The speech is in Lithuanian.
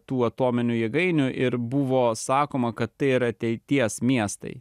tų atominių jėgainių ir buvo sakoma kad tai yra ateities miestai